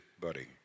buddy